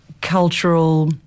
cultural